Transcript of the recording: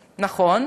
נכון,